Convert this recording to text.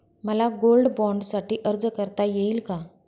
मला गोल्ड बाँडसाठी अर्ज करता येईल का?